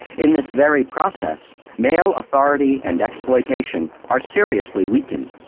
in this very process, male authority and exploitation are seriously weakened.